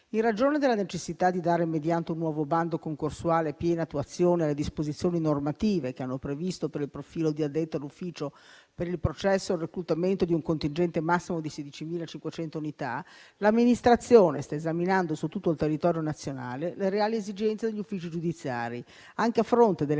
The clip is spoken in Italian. In ragione della necessità di dare, mediante un nuovo bando concorsuale, piena attuazione alle disposizioni normative che hanno previsto, per il profilo di addetto all'ufficio per il processo, il reclutamento di un contingente massimo di 16.500 unità, l'amministrazione sta esaminando, su tutto il territorio nazionale, le reali esigenze degli uffici giudiziari, anche a fronte delle